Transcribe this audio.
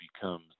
becomes